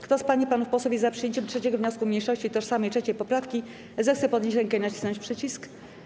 Kto z pań i panów posłów jest za przyjęciem 3. wniosku mniejszości i tożsamej 3. poprawki, zechce podnieść rękę i nacisnąć przycisk.